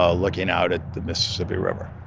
ah looking out at the mississippi river.